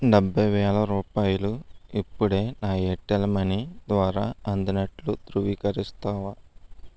డెబ్బై వేల రూపాయలు ఇప్పుడే నా ఎయిర్టెల్ మనీ ద్వారా అందినట్లు ధృవీకరిస్తావా